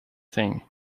thing